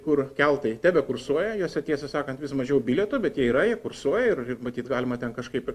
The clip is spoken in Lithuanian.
kur keltai tebekursuoja juose tiesą sakant vis mažiau bilietų bet jie yra jie kursuoja ir matyt galima ten kažkaip